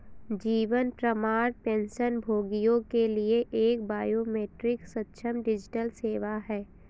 जीवन प्रमाण पेंशनभोगियों के लिए एक बायोमेट्रिक सक्षम डिजिटल सेवा है